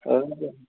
हजुर